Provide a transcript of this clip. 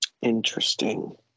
Interesting